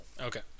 Okay